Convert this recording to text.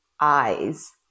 eyes